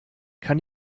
kann